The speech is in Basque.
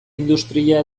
industria